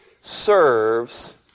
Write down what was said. serves